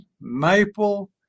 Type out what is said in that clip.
maple